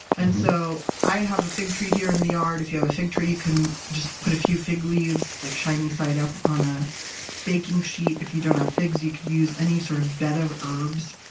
and so i have a fig tree here in the yard. if you have a fig tree, you can put a few fig leaves like shiny side up on a baking sheet. if you don't have figs, you could use any sort of bed of herbs,